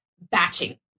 batching